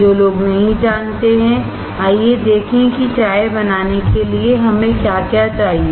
जो लोग नहीं जानते हैं आइए देखें कि चाय बनाने के लिए हमें क्या क्या चाहिए